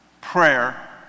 Prayer